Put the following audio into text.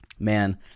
Man